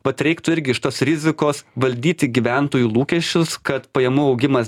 vat reiktų irgi iš tos rizikos valdyti gyventojų lūkesčius kad pajamų augimas